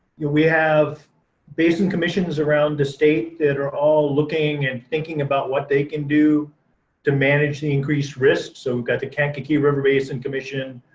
yeah we have basin commissions around the state that are all looking and thinking about what they can do to manage the increased risks. so we've got the kankakee river basin commission,